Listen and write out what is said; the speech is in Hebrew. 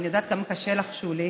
ואני יודעת כמה קשה לך, שולי.